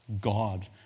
God